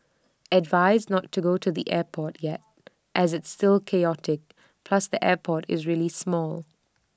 advised not to go to the airport yet as it's still chaotic plus the airport is really small